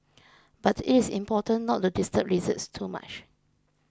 but it is important not to disturb lizards too much